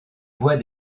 voix